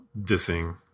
dissing